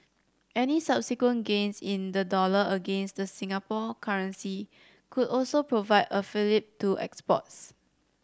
any subsequent gains in the dollar against the Singapore currency could also provide a fillip to exports